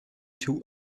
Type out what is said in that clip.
too